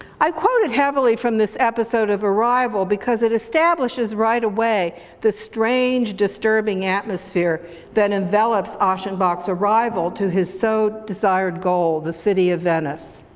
i've quoted heavily from this episode of arrival because it establishes right away the strange, disturbing atmosphere that envelops aschenbach's arrival to his so-desired so-desired goal, the city of venice.